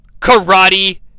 Karate